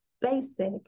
basic